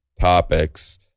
topics